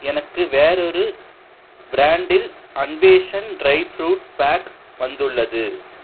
எனக்கு வேறொரு பிராண்டில் அன்வேஷன் ட்ரை ஃப்ரூட் பாக் வந்துள்ளது